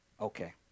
Okay